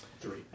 Three